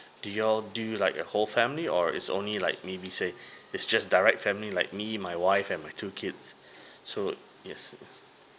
do you all do you like your whole family or is only like maybe say it's just direct family like me my wife and my two kids so yes